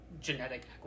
genetic